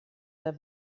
der